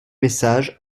message